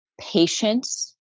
patience